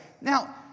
Now